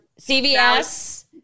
cvs